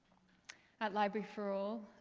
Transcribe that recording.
at library for all,